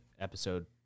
episode